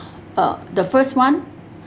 uh the first one